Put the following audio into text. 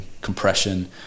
compression